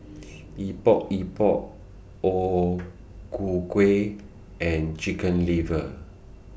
Epok Epok O Ku Kueh and Chicken Liver